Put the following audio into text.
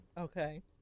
okay